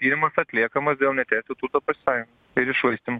tyrimas atliekamas dėl neteisėto turto pasisavinimo ir iššvaistymo